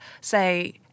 say